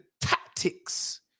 tactics